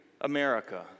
America